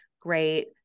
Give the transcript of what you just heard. great